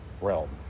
realm